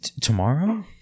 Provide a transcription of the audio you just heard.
Tomorrow